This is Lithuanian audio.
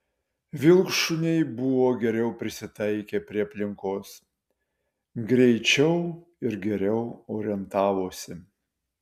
vilkšuniai buvo geriau prisitaikę prie aplinkos greičiau ir geriau orientavosi